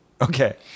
Okay